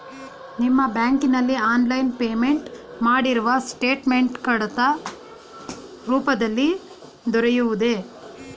ನಿಮ್ಮ ಬ್ಯಾಂಕಿನಲ್ಲಿ online payment ಮಾಡಿರುವ ಸ್ಟೇಟ್ಮೆಂಟ್ ಕಡತ ರೂಪದಲ್ಲಿ ದೊರೆಯುವುದೇ?